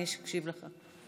אני אקשיב לך.